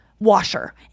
washer